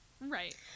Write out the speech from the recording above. Right